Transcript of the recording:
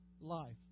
life